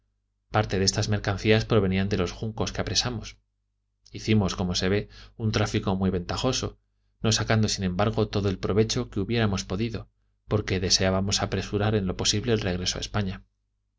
parte de estas mercancías provenían de los juncos que apresamos hicimos como se ve un tráfico muy ventajoso no sacando sin embargo todo el provecho que hubiéramos podido porque deseábamos apresurar en lo posible el regreso